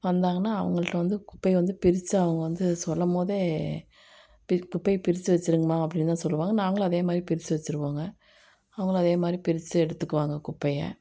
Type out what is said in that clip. வந்தாங்கன்னால் அவங்கள்ட்ட வந்து குப்பையை வந்து பிரிச்சு அவங்க வந்து சொல்லும்போதே பிரிச் குப்பையை பிரிச்சு வெச்சுருங்கம்மா அப்படின்னுதான் சொல்லுவாங்க நாங்களும் அதே மாதிரி பிரிச்சு வெச்சுருவோங்க அவங்களும் அதே மாதிரி பிரிச்சு எடுத்துக்குவாங்க குப்பையை